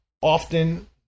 often